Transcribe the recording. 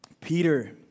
Peter